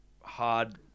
hard